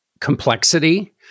Complexity